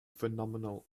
phenomenal